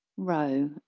Row